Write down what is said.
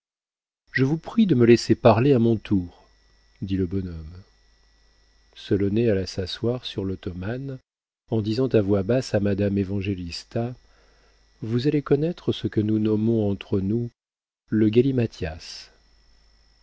je vous prie de me laisser parler à mon tour dit le bonhomme solonet alla s'asseoir sur l'ottomane en disant à voix basse à madame évangélista vous allez connaître ce que nous nommons entre nous le